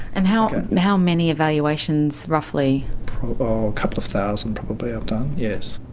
and how how many evaluations roughly? oh a couple of thousand probably i've done, yes.